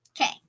Okay